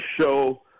show